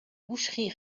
boucheries